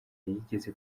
yigeze